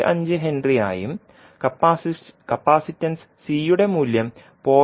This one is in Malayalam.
5 ഹെൻറിയായും കപ്പാസിറ്റൻസ് C യുടെ മൂല്യം 0